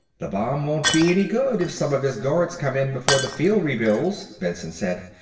the bomb won't be any good if some of his guards come in before the field re-builds, benson said.